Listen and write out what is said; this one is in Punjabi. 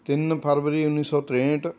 ਤਿੰਨ ਫਰਵਰੀ ਉੱਨੀ ਸੌ ਤ੍ਰੇਹਠ